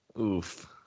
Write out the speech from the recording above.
Oof